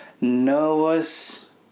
nervous